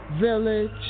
village